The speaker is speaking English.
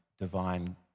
divine